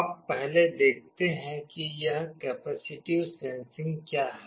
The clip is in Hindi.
अब पहले देखते हैं कि यह कैपेसिटिव सेंसिंग क्या है